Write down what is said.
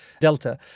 delta